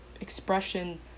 expression